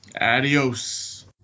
Adios